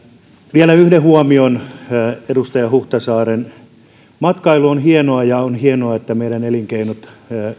vielä yksi huomio edustaja huhtasaarelle matkailu on hienoa ja on hienoa että meidän elinkeinot